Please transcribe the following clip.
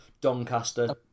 Doncaster